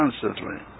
constantly